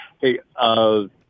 Hey